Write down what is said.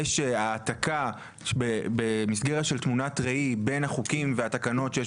יש העתקה במסגרת של תמונת ראי בין החוקים והתקנות שיש